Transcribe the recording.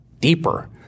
deeper